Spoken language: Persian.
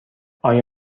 آیا